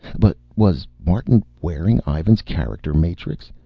but was martin wearing ivan's character-matrix?